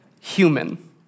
human